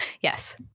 Yes